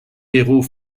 héros